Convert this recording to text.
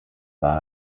war